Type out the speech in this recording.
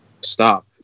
stop